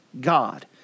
God